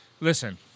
listen